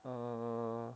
uh